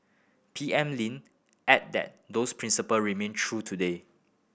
P M Lin added that those principle remain true today